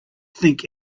think